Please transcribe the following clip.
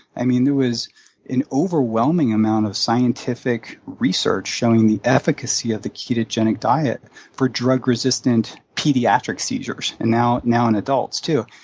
i mean, there was an overwhelming amount of scientific research showing the efficacy of the ketogenic diet for drug-resistant pediatric seizures and now now in adults too.